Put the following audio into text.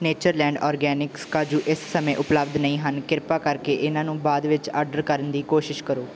Natureland organics ਕਾਜੂ ਇਸ ਸਮੇਂ ਉਪਲੱਬਧ ਨਹੀਂ ਹਨ ਕ੍ਰਿਪਾ ਕਰਕੇ ਇਹਨਾਂ ਨੂੰ ਬਾਅਦ ਵਿੱਚ ਆਡਰ ਕਰਨ ਦੀ ਕੋਸ਼ਿਸ਼ ਕਰੋ